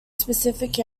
specific